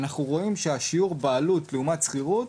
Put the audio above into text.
אנחנו רואים ששיעור הבעלות לעומת שכירות